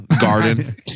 garden